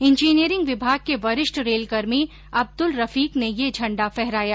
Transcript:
engineering विभाग के वरिष्ठ रेलकर्मी अब्दुल रफीक ने यह झंडा फहराया